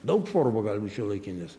daug formų gali būt šiuolaikinis